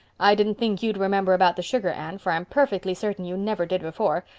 i didn't think you'd remember about the sugar, anne, for i'm perfectly certain you never did before.